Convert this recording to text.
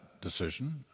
decision